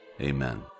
Amen